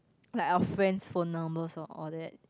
like our friend's phone numbers and all that